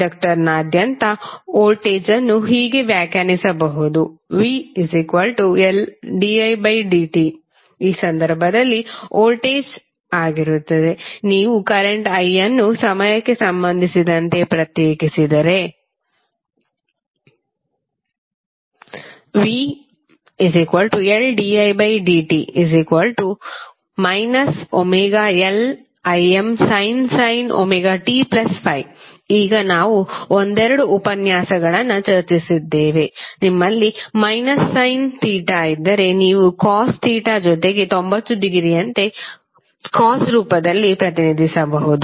ಇಂಡಕ್ಟರ್ನಾದ್ಯಂತ voltage ಅನ್ನು ಹೀಗೆ ವ್ಯಾಖ್ಯಾನಿಸಬಹುದು vLdidt ಈ ಸಂದರ್ಭದಲ್ಲಿ ವೋಲ್ಟೇಜ್ ಆಗಿರುತ್ತದೆ ನೀವು ಕರೆಂಟ್ i ಅನ್ನು ಸಮಯಕ್ಕೆ ಸಂಬಂಧಿಸಿದಂತೆ ಪ್ರತ್ಯೇಕಿಸಿದರೆ vLdidt ωLImsin ωt∅ ಈಗ ನಾವು ಒಂದೆರಡು ಉಪನ್ಯಾಸಗಳನ್ನು ಚರ್ಚಿಸಿದ್ದೇವೆ ನಿಮ್ಮಲ್ಲಿ ಮೈನಸ್ ಸಯ್ನ್ ಥೀಟಾ ಇದ್ದರೆ ನೀವು ಕಾಸ್ ಥೀಟಾ ಜೊತೆಗೆ 90 ಡಿಗ್ರಿಯಂತೆ ಕಾಸ್ ರೂಪದಲ್ಲಿ ಪ್ರತಿನಿಧಿಸಬಹುದು